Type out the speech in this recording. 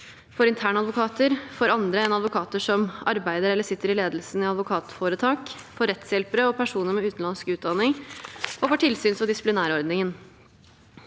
for internadvokater, for andre enn advokater som arbeider eller sitter i ledelsen i advokatforetak, for rettshjelpere og personer med utenlandsk utdanning, og for tilsyns- og disiplinærordningen.